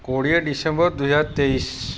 କୋଡ଼ିଏ ଡିସେମ୍ବର୍ ଦୁଇହଜାର ତେଇଶି